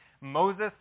Moses